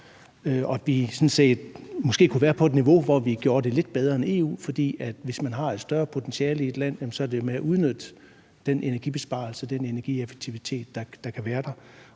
set måske kunne være på et niveau, hvor vi gjorde det lidt bedre end EU. Hvis man har et større potentiale i et land, er det med at udnytte den energibesparelse og den energieffektivitet, der kan være.